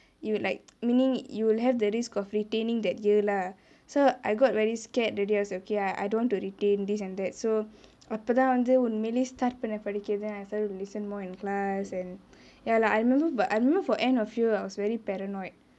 you would like meaning you'll have the risk of retaining that year lah so I got very scared already I was like okay I I don't want to retain this and that so அப்பதா வந்து உண்மைலே:appethaa vanthu unmeiley start பன்ன படிக்க:panne padikke then I started to listen more in class and ya lah I remember but I remember for end of year I was very paranoid